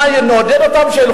לעומת זאת, חוק